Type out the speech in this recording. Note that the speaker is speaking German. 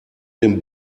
dem